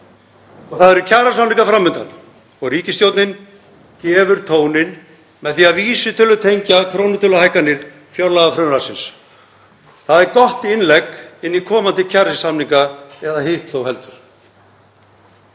Það eru kjarasamningar fram undan og ríkisstjórnin gefur tóninn með því að vísitölutengja krónutöluhækkanir fjárlagafrumvarpsins. Það er gott innlegg inn í komandi kjarasamninga eða hitt þó heldur.